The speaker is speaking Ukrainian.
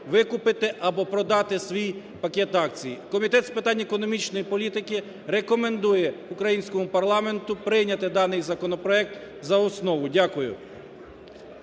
викупити або продати свій пакет акцій. Комітет з питань економічної політики рекомендує українському парламенту прийняти даний законопроект за основу. Дякую.